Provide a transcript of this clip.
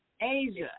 Asia